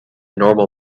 normal